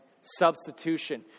substitution